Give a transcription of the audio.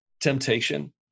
temptation